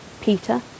Peter